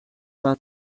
vingt